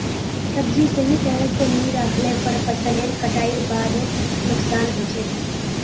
सब्जी सही तरह स नी राखले पर फसलेर कटाईर बादे नुकसान हछेक